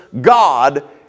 God